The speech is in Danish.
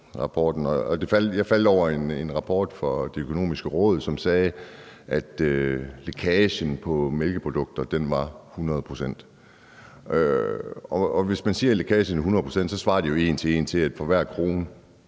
jeg faldt over en rapport fra Det Økonomiske Råd, som sagde, at lækagen for mælkeprodukter var 100 pct., og hvis man siger, at lækagen er 100 pct., svarer det jo en til en til, at for hver krone,